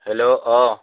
hello অঁ